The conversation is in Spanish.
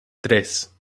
tres